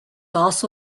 also